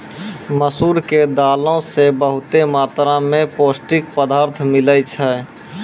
मसूर के दालो से बहुते मात्रा मे पौष्टिक पदार्थ मिलै छै